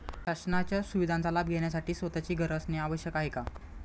शासनाच्या सुविधांचा लाभ घेण्यासाठी स्वतःचे घर असणे आवश्यक आहे का?